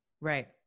Right